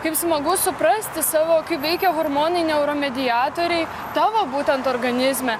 kaip smagu suprasti savo kaip veikia hormonai neuromediatoriai tavo būtent organizme